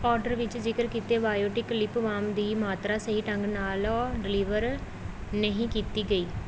order ਵਿੱਚ ਜ਼ਿਕਰ ਕੀਤੇ ਬਾਇਓਟਿਕ ਲਿਪ ਬਾਮ ਦੀ ਮਾਤਰਾ ਸਹੀ ਢੰਗ ਨਾਲ ਡਲਿਵਰ ਨਹੀਂ ਕੀਤੀ ਗਈ